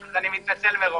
אני מתנצל מראש.